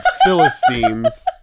Philistines